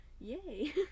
yay